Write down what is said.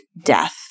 death